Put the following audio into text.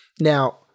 Now